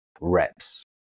reps